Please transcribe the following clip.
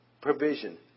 provision